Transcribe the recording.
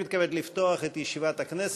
לפתוח את ישיבת הכנסת.